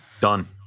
done